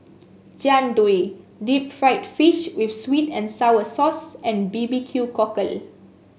Jian Dui Deep Fried Fish with sweet and sour sauce and B B Q Cockle